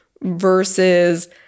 versus